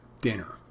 dinner